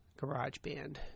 GarageBand